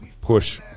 push